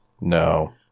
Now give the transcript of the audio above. No